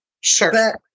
Sure